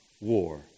war